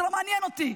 זה לא מעניין אותי.